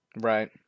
Right